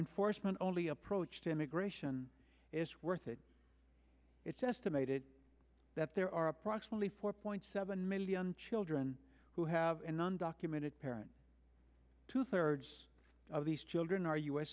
enforcement only approach to immigration is worth it it's estimated that there are approximately four point seven million children who have an undocumented parent two thirds of these children are u